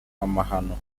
amahano